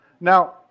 Now